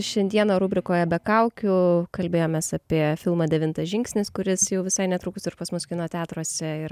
šiandieną rubrikoje be kaukių kalbėjomės apie filmą devintas žingsnis kuris jau visai netrukus ir pas mus kino teatruose ir